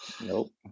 Nope